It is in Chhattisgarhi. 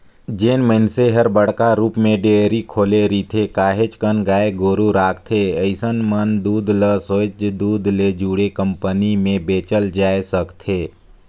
जेन मइनसे हर बड़का रुप म डेयरी खोले रिथे, काहेच कन गाय गोरु रखथे अइसन मन दूद ल सोयझ दूद ले जुड़े कंपनी में बेचल जाय सकथे